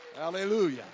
Hallelujah